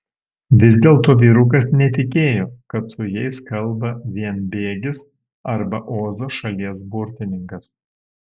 vis dėlto vyrukas netikėjo kad su jais kalba vienbėgis arba ozo šalies burtininkas